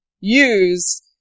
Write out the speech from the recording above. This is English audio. use